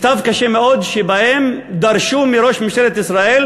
מכתב קשה מאוד, שבו דרשו מראש ממשלת ישראל